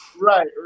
Right